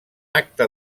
acte